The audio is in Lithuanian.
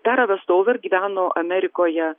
tara vestouver gyveno amerikoje